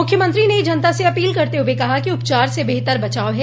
मुख्यमंत्री ने जनता से अपील करते हुए कहा कि उपचार से बेहतर बचाव है